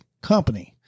Company